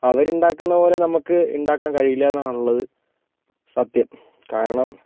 അവരുണ്ടാക്കുന്ന പോലെ നമുക്ക് ഉണ്ടാക്കാൻ കഴിയില്ലയെന്നാണുള്ളത് സത്യം കാരണം